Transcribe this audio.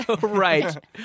Right